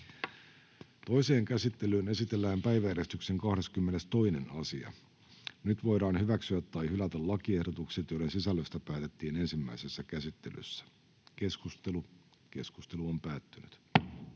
Toiseen käsittelyyn esitellään päiväjärjestyksen 10. asia. Nyt voidaan hyväksyä tai hylätä lakiehdotus, jonka sisällöstä päätettiin ensimmäisessä käsittelyssä. — Keskustelu, edustaja